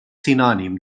sinònim